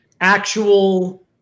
actual